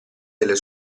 delle